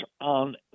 on